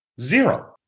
Zero